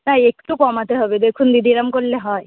না একটু কমাতে হবে দেখুন দিদি এরকম করলে হয়